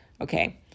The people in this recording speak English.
Okay